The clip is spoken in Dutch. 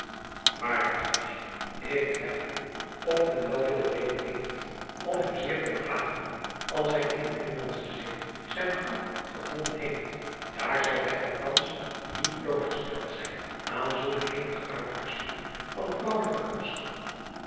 aarlijk ik twijfel of men wel veel reden heeft om hem zeer te beklagen als hij in de iddel driaan oosjes zn et leven van illegonda uisman landsche zee zijn gras gevonden heeft daar zal hij althans niet blootgesteld zijn aan zulke hevige uitbarstingen van vrouwelijke